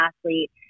athlete